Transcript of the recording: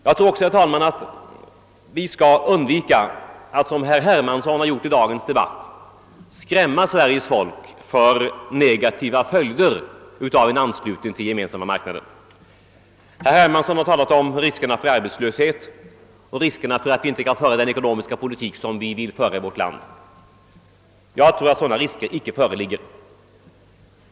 Vi bör nog också, herr talman, undvika att som herr Hermansson i dagens debatt skrämma Sveriges folk för negativa följder av en anslutning till Gemensamma marknaden. Herr Hermansson har talat om riskerna för arbetslöshet och riskerna för att vi inte skall kunna föra den ekonomiska politik vi önskar. Jag tror inte att sådana risker föreligger.